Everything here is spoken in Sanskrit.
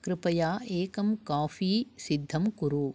कृपया एकं काफ़ी सिद्धं कुरु